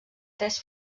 tres